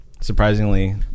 surprisingly